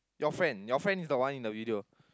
your friend your friend is the one in the video